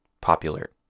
popular